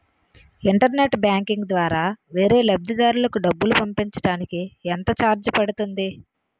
Internet banking ద్వారా వేరే లబ్ధిదారులకు డబ్బులు పంపించటానికి ఎంత ఛార్జ్ పడుతుంది?